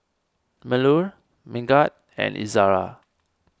Melur Megat and Izara